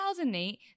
2008